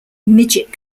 midget